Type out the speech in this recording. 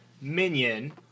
minion